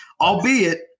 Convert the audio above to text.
albeit